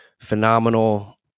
phenomenal